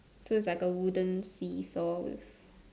so it's like a wooden seesaw with